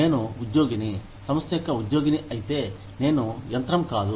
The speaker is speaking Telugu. నేను ఉద్యోగిని సంస్థ యొక్క ఉద్యోగిని అయితే నేను యంత్రం కాదు